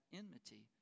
enmity